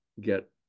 get